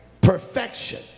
Perfection